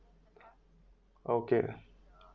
okay